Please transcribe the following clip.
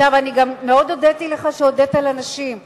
אני גם מאוד הודיתי לך שהודית לנשים.